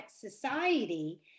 society